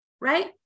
right